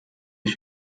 ich